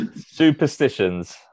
Superstitions